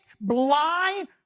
blind